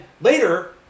later